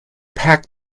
packed